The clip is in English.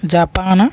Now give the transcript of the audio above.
Japan